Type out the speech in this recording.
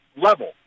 level